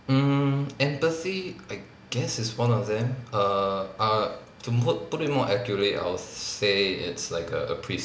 mm empathy I guess is one of them err err to put put in more accurate I'll say it's like a